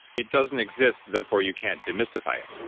it doesn't exist. therefore, you can't demystify it.